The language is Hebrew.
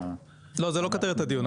לא, זה לא כותרת הדיון.